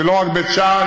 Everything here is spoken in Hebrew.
זה לא רק בית שאן,